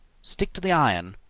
stick to the iron.